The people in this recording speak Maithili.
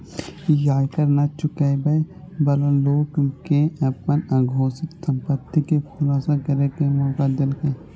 ई आयकर नै चुकाबै बला लोक कें अपन अघोषित संपत्ति के खुलासा करै के मौका देलकै